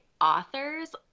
authors